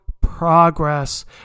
progress